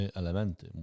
elementy